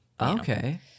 Okay